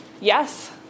yes